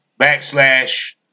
backslash